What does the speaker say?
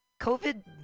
COVID